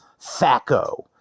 THACO